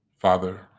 Father